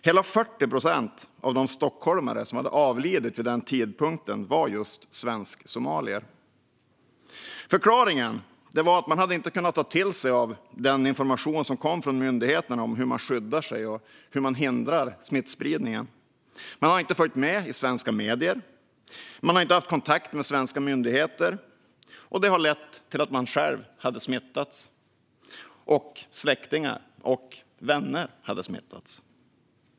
Hela 40 procent av de stockholmare som avlidit vid den tidpunkten var just svensksomalier. Förklaringen var att de inte hade kunnat ta till sig informationen från myndigheterna om hur man skyddar sig och hur man hindrar smittspridning. Man har inte följt med i svenska medier, och man har inte haft kontakt med svenska myndigheter. Det har lett till att de själva smittats och att släktingar och vänner smittats.